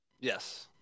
Yes